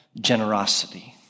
generosity